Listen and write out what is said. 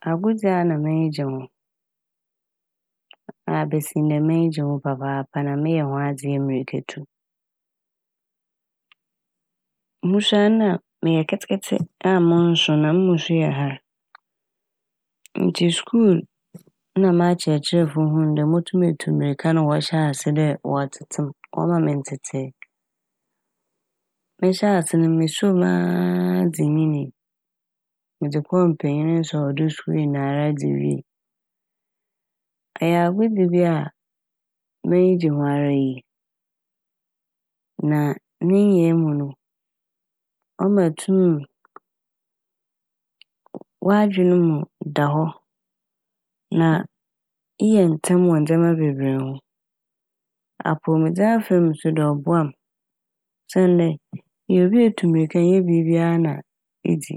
Agodzi a nna m'enyi gye ho a besi ndɛ m'enyi gye ho papaapa na meyɛ ho adze yɛ mirkatu. Mosuar no ma meyɛ ketseketse a monnso na mu mu so yɛ har ntsi skuul na m'akyerɛkyerɛfo hun dɛ motum etu mirika na wɔhyɛɛ ase dɛ wɔtsetse m' wɔma me ntsetsee. Mehyɛ ase no musuo mu aa dze nyinee. Medze kɔɔ mpanyin nsɔwdo skuul nyinara dze wie. Ɔyɛ agodzi bi a m'enyi gye ho ara yie na ne nyɛe mu no ɔma etum w'adwen mu da hɔ na eyɛ ntsɛm wɔ ndzɛma bebree ho. Apɔwmudzen afa mu so ɔboa m' osiandɛ eyɛ obi a etu mirika a ɔnnyɛ biibia na idzi